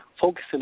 focusing